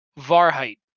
varheit